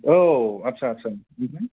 औ आत्सा आत्सा